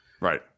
right